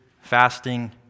fasting